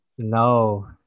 no